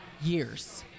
years